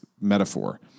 metaphor